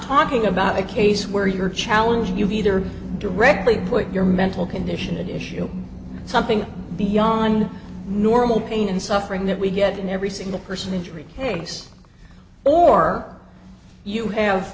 talking about a case where you're challenging you either directly put your mental condition in issue something beyond normal pain and suffering that we get in every single person injury case or you have